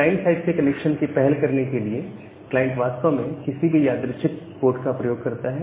client side से connection की पहल करने के लिए क्लाइंट वास्तव में किसी भी यादृच्छिक पोर्ट का प्रयोग करता है